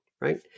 right